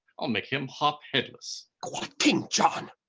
i'll make him hop headless. what king john,